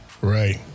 Right